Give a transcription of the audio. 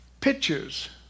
pictures